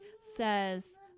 says